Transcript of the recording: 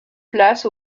place